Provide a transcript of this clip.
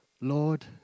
Lord